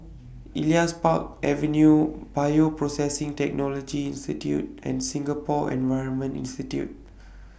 Elias Park Avenue Bioprocessing Technology Institute and Singapore Environment Institute